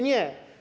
Nie.